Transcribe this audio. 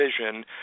vision